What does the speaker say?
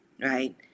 right